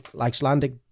Icelandic